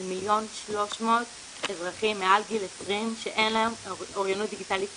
על 1,300,000 אזרחים מעל גיל 20 שאין להם אוריינות דיגיטלית בסיסית.